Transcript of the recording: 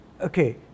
Okay